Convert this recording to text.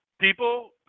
people